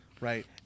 right